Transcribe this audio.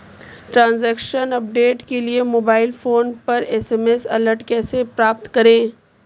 Transaction update के लिए mobile phone पर एस.एम.एस अलर्ट कैसे प्राप्त करें?